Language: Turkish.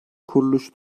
kuruluşun